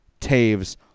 Taves